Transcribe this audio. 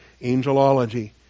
angelology